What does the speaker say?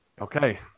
Okay